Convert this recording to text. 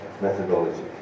methodology